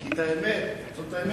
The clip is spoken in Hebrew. כי זאת האמת, זאת האמת.